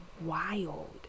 wild